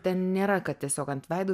ten nėra kad tiesiog ant veido